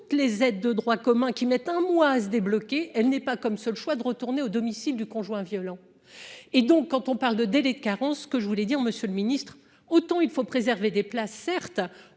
toutes les aides de droit commun qui mettent un mois débloquer, elle n'est pas comme seul choix de retourner au domicile du conjoint violent et donc quand on parle de délai de carence que je voulais dire Monsieur le Ministre, autant il faut préserver des places certes,